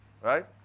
right